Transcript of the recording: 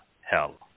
hell